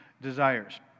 desires